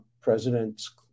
presidents